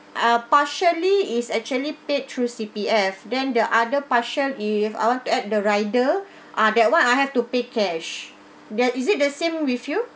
ah partially is actually paid through C_P_F then the other partial if I want to add the rider ah that one I have to pay cash that is it the same with you